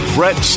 Brett